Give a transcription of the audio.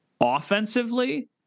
offensively